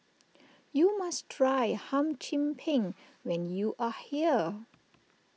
you must try Hum Chim Peng when you are here